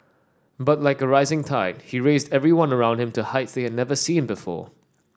but like a rising tide he raised everyone around him to heights they never seen before